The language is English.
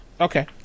Okay